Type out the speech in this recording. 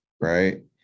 right